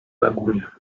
lagunie